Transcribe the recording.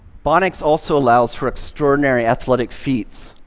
bionics also allows for extraordinary athletic feats.